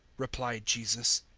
replied jesus.